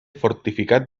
fortificat